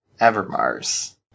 Evermars